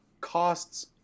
costs